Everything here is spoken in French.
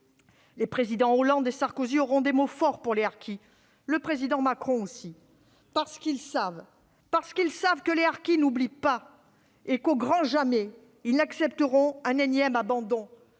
Les Présidents Hollande et Sarkozy ont eu des mots forts pour les harkis ; le Président Macron aussi. Ils savent que les harkis n'oublient pas et que jamais au grand jamais ils n'accepteront un énième abandon,